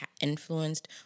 influenced